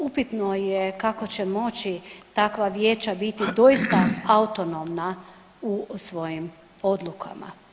Upitno je kako će moći takva vijeća biti doista autonomna u svojim odlukama.